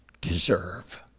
deserve